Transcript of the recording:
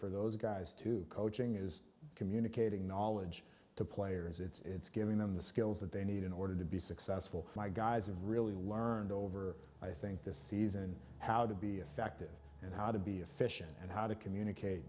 for those guys to coaching is communicating knowledge to players it's giving them the skills that they need in order to be successful my guys have really learned over i think this season how to be effective and how to be efficient and how to communicate